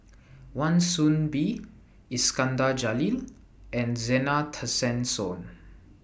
Wan Soon Bee Iskandar Jalil and Zena Tessensohn